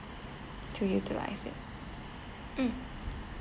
to utilise it mm